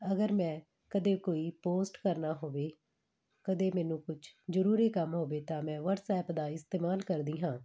ਅਗਰ ਮੈਂ ਕਦੇ ਕੋਈ ਪੋਸਟ ਕਰਨਾ ਹੋਵੇ ਕਦੇ ਮੈਨੂੰ ਕੁਛ ਜ਼ਰੂਰੀ ਕੰਮ ਹੋਵੇ ਤਾਂ ਮੈਂ ਵਟਸਐਪ ਦਾ ਇਸਤੇਮਾਲ ਕਰਦੀ ਹਾਂ